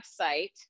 website